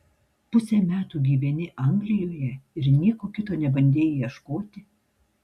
pusę metų gyveni anglijoje ir nieko kito nebandei ieškoti